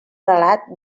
relat